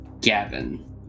Gavin